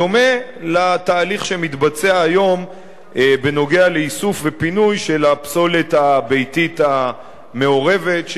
בדומה לתהליך שמתבצע היום באיסוף ופינוי של הפסולת הביתית המעורבת,